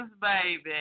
baby